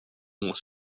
ont